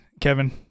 kevin